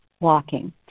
walking